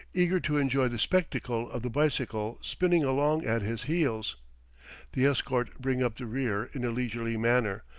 eager to enjoy the spectacle of the bicycle spinning along at his heels the escort bring up the rear in a leisurely manner,